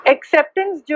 Acceptance